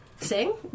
sing